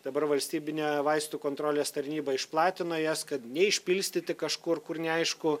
dabar valstybinė vaistų kontrolės tarnyba išplatino jas kad neišpilstyti kažkur kur neaišku